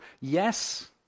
Yes